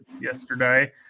yesterday